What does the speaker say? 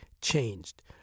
changed